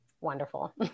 wonderful